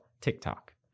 TikTok